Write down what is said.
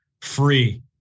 free